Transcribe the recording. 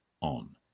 on